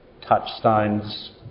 touchstones